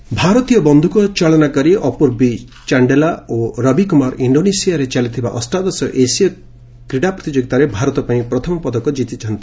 Asian Games ଭାରତୀୟ ବନ୍ଧୁକଚାଳନାକାରୀ ଅପୂର୍ବୀ ଚାଣ୍ଡେଲା ଓ ରବିକୁମାର ଇଣ୍ଡୋନେସିଆରେ ଚାଲିଥିବା ଅଷ୍ଟାଦଶ ଏସିୟ କ୍ରୀଡ଼ା ପ୍ରତିଯୋଗିତାରେ ଭାରତ ପାଇଁ ପ୍ରଥମ ପଦକ କିତିଛନ୍ତି